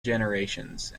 generations